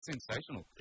Sensational